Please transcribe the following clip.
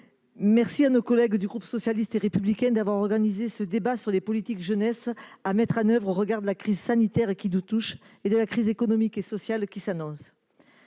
remercie nos collègues du groupe socialiste et républicain d'avoir organisé ce débat sur les politiques à destination de la jeunesse à mettre en oeuvre au regard de la crise sanitaire qui nous touche et de la crise économique et sociale qui s'annonce.